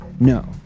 No